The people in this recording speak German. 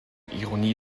ironie